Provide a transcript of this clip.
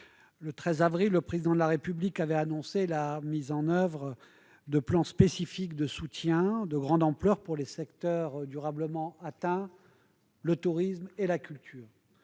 Le 13 avril, le Président de la République a annoncé la mise en oeuvre de plans spécifiques de soutien de grande ampleur pour les secteurs durablement atteints. Je suis très heureux